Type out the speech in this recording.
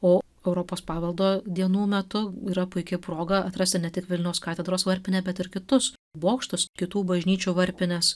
o europos paveldo dienų metu yra puiki proga atrasti ne tik vilniaus katedros varpinę bet ir kitus bokštus kitų bažnyčių varpines